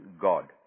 God